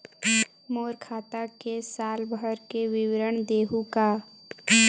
मोर खाता के साल भर के विवरण देहू का?